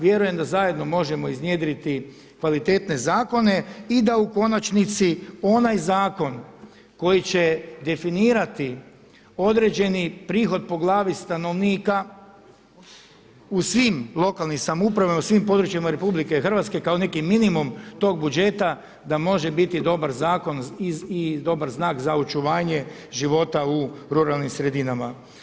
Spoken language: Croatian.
Vjerujem da zajedno možemo iznjedriti kvalitetne zakone i da u konačnici onaj zakon koji će definirati određeni prihod po glavi stanovnika u svim lokalnim samoupravama i u svim područjima RH kao neki minimum tog budžeta da može biti dobar zakon i dobar znak za očuvanje života u ruralnim sredinama.